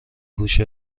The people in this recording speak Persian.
هوش